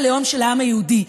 זאת מדינת הלאום של העם היהודי.